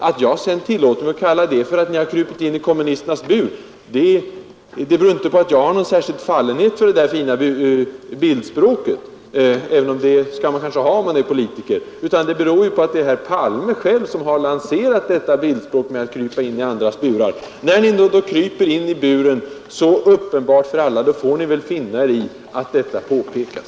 Att jag sedan tillåtit mig att kalla det för att ni har krupit in i kommunisternas bur beror inte på att jag har någon särskild fallenhet för det här fina bildspråket — det bör man kanske ha när man är politiker — utan på att herr Palme själv har lanserat detta tal om burar. När ni då så uppenbart för alla kryper in i kommunistburen får ni finna er i att detta påpekas.